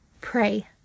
Pray